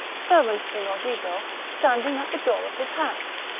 servant to rodigo, standing at the door of his house.